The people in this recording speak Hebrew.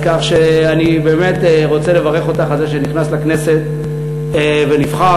אני מברך אותך על שנכנסת לכנסת ונבחרת,